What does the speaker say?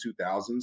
2000s